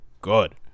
good